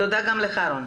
תודה גם לך, רון.